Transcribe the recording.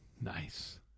Nice